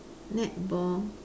netball